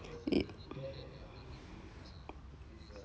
it